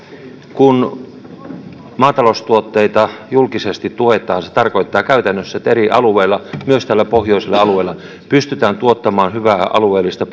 kun maataloustuotteita julkisesti tuetaan se tarkoittaa käytännössä että eri alueilla myös täällä pohjoisella alueella pystytään tuottamaan hyvää alueellista